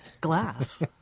glass